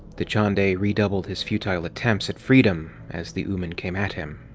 dachande redoubled his futile attempts at freedom as the ooman came at him.